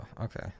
okay